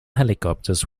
helicopters